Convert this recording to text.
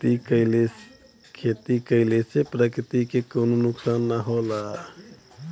खेती कइले से प्रकृति के कउनो नुकसान ना होला